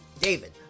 David